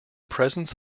presence